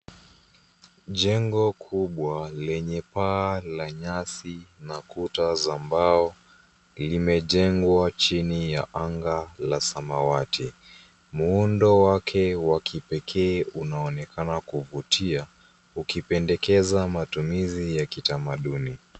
Jengo kubwa lenye paa la nyasi na kuta za mbao limejengwa chini ya anga la samawati. Muundo wake wa kipekee unaonekana kuvutia , ukipendekeza matumizi ya kitamaduni.